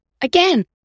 Again